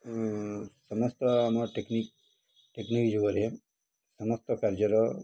ସମସ୍ତ ଆମ technique technique ଯୁଗରେ ସମସ୍ତ କାର୍ଯ୍ୟର